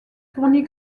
fourni